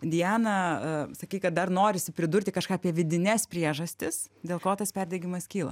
diana sakei kad dar norisi pridurti kažką apie vidines priežastis dėl ko tas perdegimas kyla